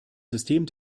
system